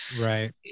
right